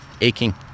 aching